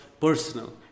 personal